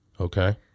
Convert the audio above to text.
Okay